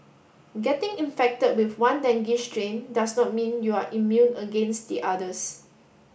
getting infected with one dengue strain does not mean you are immune against the others